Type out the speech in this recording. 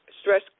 stress